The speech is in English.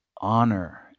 honor